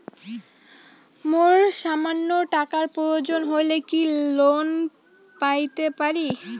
মোর সামান্য টাকার প্রয়োজন হইলে কি লোন পাইতে পারি?